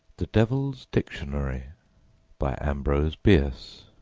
the devil's dictionary by ambrose bierce